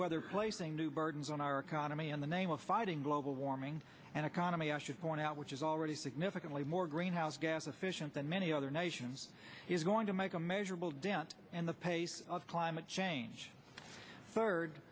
whether placing new burdens on our economy in the name of fighting global warming an economy i should point out which is already significantly more greenhouse gases efficient than many other nations is going to make a measurable dent and the pace of climate change third